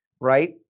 right